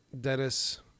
Dennis